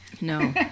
No